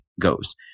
goes